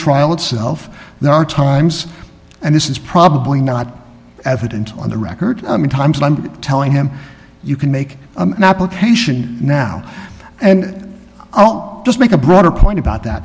trial itself there are times and this is probably not evident on the record i mean times i'm telling him you can make an application now and oh just make a broader point about that